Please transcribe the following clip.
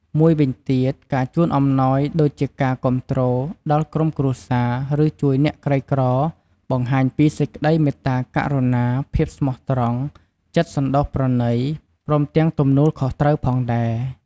មួយវិញទៀត ការជូនអំណោយដូចជាការគាំទ្រដល់ក្រុមគ្រួសារ ឬជួយអ្នកក្រីក្របង្ហាញពីសេចក្ដីមេត្តាករុណា ភាពស្មោះត្រង់ ចិត្តសន្តោសប្រណី ព្រមទាំងទំនួលខុសត្រូវផងដែរ។